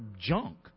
junk